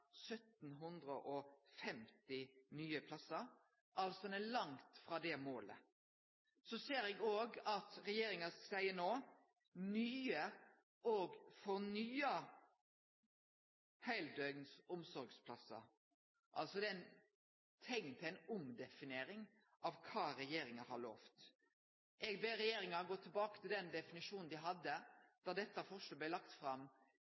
nye plassar – ein er altså langt frå det målet. Så ser eg òg at regjeringa seier no nye og fornya heildøgns omsorgsplassar, altså det er teikn til ei omdefinering av det regjeringa har lova. Eg ber regjeringa gå tilbake til den definisjonen dei hadde da dette forslaget blei lagt fram